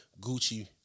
Gucci